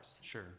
Sure